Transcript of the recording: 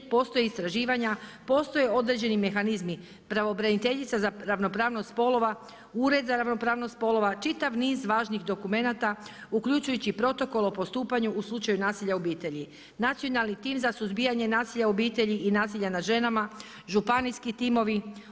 Postoje istraživanja, postoje određeni mehanizmi - pravobraniteljica za ravnopravnost spolova, Ured za ravnopravnost spolova, čitav niz važnih dokumenata uključujući i protokol o postupanju u slučaju nasilja u obitelji, nacionalni tim za suzbijanje nasilja u obitelji i nasilja nad ženama, županijski timovi.